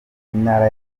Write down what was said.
intara